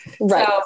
Right